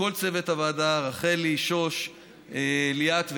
וכל צוות הוועדה: רחלי, שוש, ליאת ואיה,